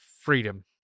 freedom